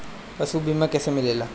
पशु बीमा कैसे मिलेला?